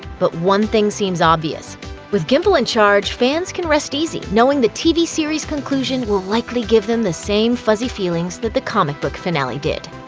but one thing seems obvious with gimple in charge, fans can rest easy knowing the tv series' conclusion will likely give them the same fuzzy feelings that the comic book finale did.